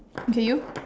okay you